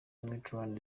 mitterand